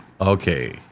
Okay